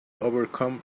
overcome